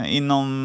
inom